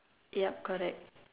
yup correct